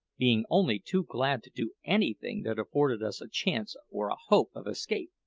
being only too glad to do anything that afforded us a chance or a hope of escape,